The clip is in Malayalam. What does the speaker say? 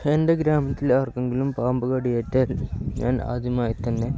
എൻ്റെ ഗ്രാമത്തിലാർക്കെങ്കിലും പാമ്പുകടിയേറ്റാല് ഞാൻ ആദ്യമായിത്തന്നെ